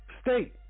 state